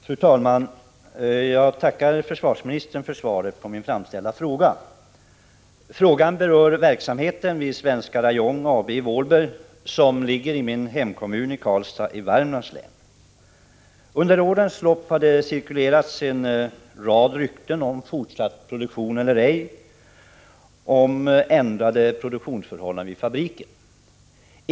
Fru talman! Jag tackar försvarsministern för svaret på den framställda frågan. Frågan berör verksamheten vid Svenska Rayon AB i Vålberg, som ligger i min hemkommun Karlstad i Värmlands län. Under årens lopp har det cirkulerat en rad rykten om huruvida det skulle bli fortsatt produktion eller ej och om ändrade produktionsförhållanden vid fabriken.